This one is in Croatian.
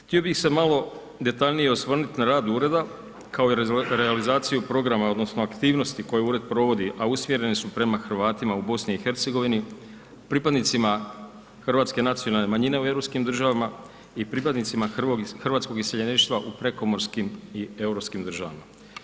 Htio bih se malo detaljnije osvrnuti na rad ureda kao i realizaciju programa odnosno aktivnosti koju ured provodi a usmjerene su prema Hrvatima u BiH-u, pripadnicima hrvatske nacionalne manjine u europskim državama i pripadnicima hrvatskog iseljeništva u prekomorskim europskim državama.